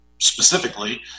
specifically